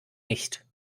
nicht